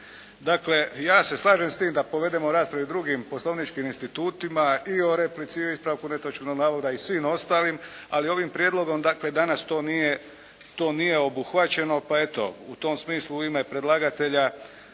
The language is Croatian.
Dakle, ja se slažem da povedemo raspravu i o drugim poslovničkim institutima, i o replici i ispravku netočnog navoda i svim ostalim ali ovim prijedlogom dakle danas to nije obuhvaćeno. Pa eto, u tom smislu u ime predlagatelja